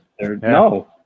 No